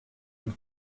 and